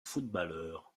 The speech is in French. footballeur